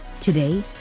Today